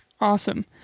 Awesome